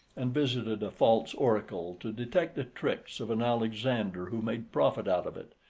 and visited a false oracle to detect the tricks of an alexander who made profit out of it,